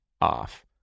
off